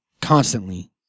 Constantly